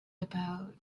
about